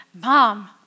mom